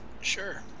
Sure